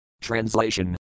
Translation